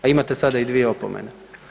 A imate sada i dvije opomene.